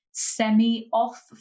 semi-off